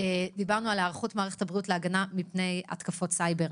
דיברנו על היערכות מערכת הבריאות להגנה מפני התקפות סייבר.